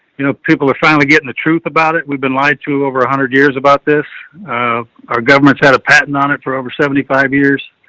you know, people are finally getting the truth about it and we've been lied to over a hundred years about this. ah, our government's had a patent on it for over seventy five years.